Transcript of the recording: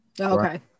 Okay